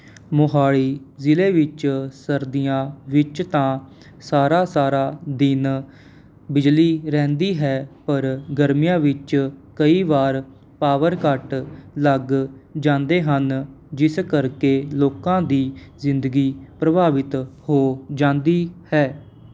ਮੋਹਾਲੀ ਜ਼ਿਲ੍ਹੇ ਵਿੱਚ ਸਰਦੀਆਂ ਵਿੱਚ ਤਾਂ ਸਾਰਾ ਸਾਰਾ ਦਿਨ ਬਿਜਲੀ ਰਹਿੰਦੀ ਹੈ ਪਰ ਗਰਮੀਆਂ ਵਿੱਚ ਕਈ ਵਾਰ ਪਾਵਰ ਕੱਟ ਲੱਗ ਜਾਂਦੇ ਹਨ ਜਿਸ ਕਰਕੇ ਲੋਕਾਂ ਦੀ ਜ਼ਿੰਦਗੀ ਪ੍ਰਭਾਵਿਤ ਹੋ ਜਾਂਦੀ ਹੈ